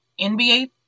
NBA